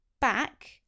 back